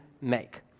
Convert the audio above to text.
make